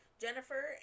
Jennifer